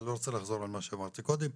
ואני לא רוצה לחזור על מה שאמרתי קודם,